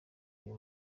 uyu